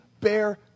bear